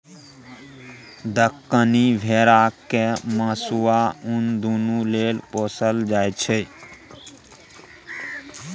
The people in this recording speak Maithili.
दक्कनी भेरा केँ मासु आ उन दुनु लेल पोसल जाइ छै